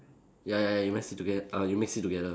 ya ya you mix it toge~ uh you mix it together